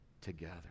together